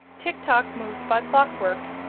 tik-tok moved by clockwork,